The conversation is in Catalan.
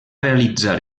realitzar